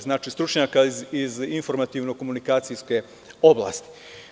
Znači, stručnjaka iz Informativno komunikacijske oblasti.